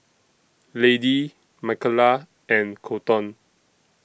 Lady Michaela and Kolton